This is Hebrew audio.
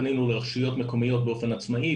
פנינו לרשויות מקומיות באופן עצמאי,